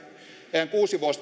eihän kuusi